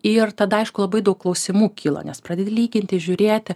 ir tada aišku labai daug klausimų kyla nes pradedi lyginti žiūrėti